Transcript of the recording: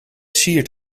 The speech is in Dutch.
siert